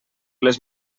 les